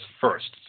first